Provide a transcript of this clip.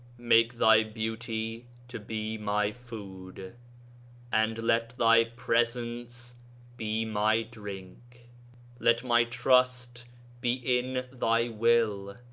make thy beauty to be my food and let thy presence be my drink let my trust be in thy will,